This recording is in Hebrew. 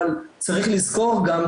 אבל צריך לזכור גם,